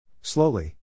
Slowly